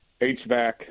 HVAC